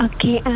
Okay